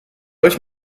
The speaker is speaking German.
euch